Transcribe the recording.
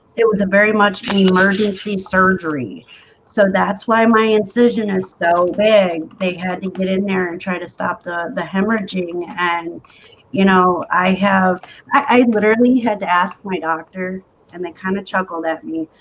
it was a very much emergency surgery so that's why my incision is so big they had to get in there and try to stop the the hemorrhaging and you know i have i literally had to ask my doctor and they kind of chuckled at me,